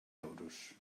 euros